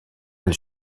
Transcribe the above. elle